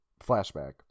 flashback